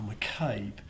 McCabe